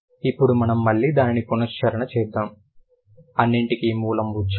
ఇప్పుడు మనం మళ్ళీ దానిని పునఃశ్చరణ చేద్దాం అన్నింటికీ మూలం ఉచ్చారణ